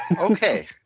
Okay